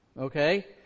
Okay